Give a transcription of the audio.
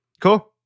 Cool